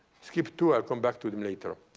skip two, i'll come back to them later.